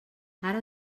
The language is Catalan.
ara